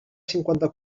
cinquanta